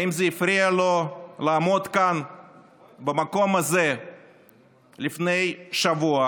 האם זה הפריע לו לעמוד כאן במקום הזה לפני שבוע